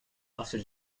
after